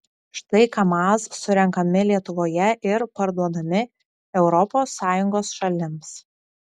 štai kamaz surenkami lietuvoje ir parduodami europos sąjungos šalims